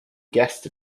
guessed